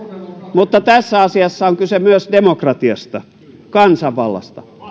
mutta tässä asiassa on kyse myös demokratiasta kansanvallasta